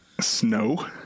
Snow